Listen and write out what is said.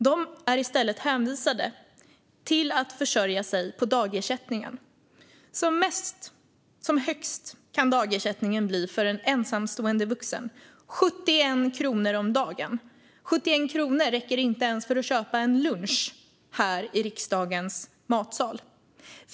De är i stället hänvisade till att försörja sig på dagersättningen. Som högst kan dagersättningen för en ensamstående vuxen bli 71 kronor om dagen. Det räcker inte ens för att köpa en lunch i riksdagens matsal!